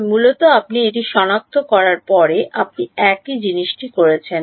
তবে মূলত আপনি এটি শনাক্ত করার পরে আপনি একই জিনিসটি করছেন